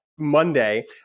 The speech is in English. Monday